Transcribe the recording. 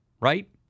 Right